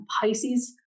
Pisces